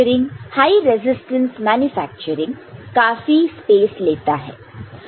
तो यह high resistance manufacturing काफी स्पेस लेता है